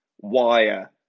wire